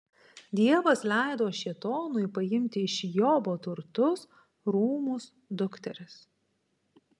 dievas leido šėtonui paimti iš jobo turtus rūmus dukteris